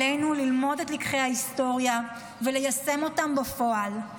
עלינו ללמוד את לקחי ההיסטוריה וליישם אותם בפועל,